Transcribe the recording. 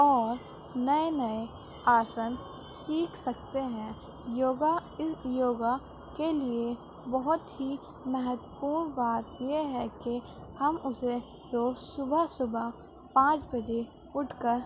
اور نئے نئے آسن سیکھ سکتے ہیں یوگا اس یوگا کے لیے بہت ہی مہتو پورن بات یہ ہے کہ ہم اسے روز صبح صبح پانچ بجے اٹھ کر